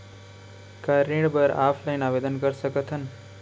का ऋण बर ऑफलाइन आवेदन कर सकथन?